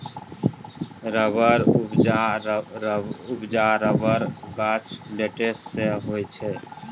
रबरक उपजा रबरक गाछक लेटेक्स सँ होइ छै